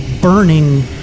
burning